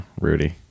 Rudy